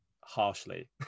harshly